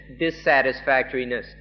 dissatisfactoriness